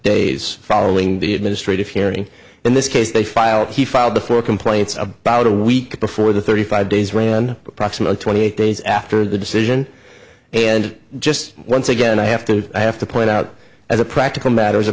days following the administrative hearing in this case they filed he filed before complaints about a week before the thirty five days ran approximately twenty eight days after the decision and just once again i have to i have to point out as a practical matter as a